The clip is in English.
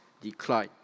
decline